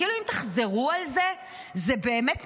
כאילו אם תחזרו על זה זה באמת נכון,